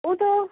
او تو